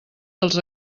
dels